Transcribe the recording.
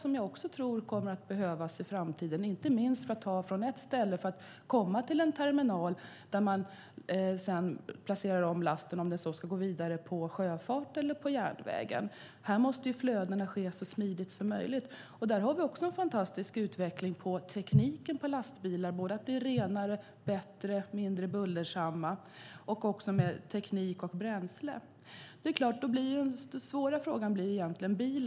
De kommer att behövas i framtiden inte minst för att ta sig från ett ställe för att komma till en terminal där man sedan placerar om lasten om den så ska gå vidare med sjöfart eller på järnvägen. Här måste flödena ske så smidigt som möjligt. Där har vi en fantastisk utveckling av tekniken för lastbilar. De blir renare, bättre, mindre bullersamma, och också bättre vad gäller teknik för bränsle. Den svåra frågan är egentligen bilen.